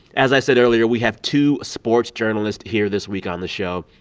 as i said earlier, we have two sports journalists here this week on the show,